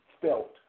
felt